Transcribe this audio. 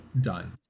done